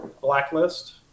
Blacklist